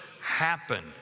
happen